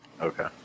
okay